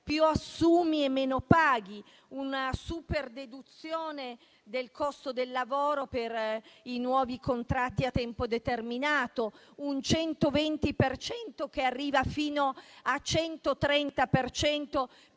più assumi e meno paghi, una super deduzione del costo del lavoro per i nuovi contratti a tempo determinato, un 120 per cento che arriva fino a 130 per